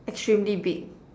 extremely big